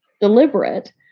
deliberate